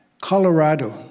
Colorado